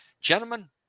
Gentlemen